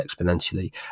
exponentially